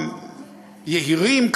היהירים,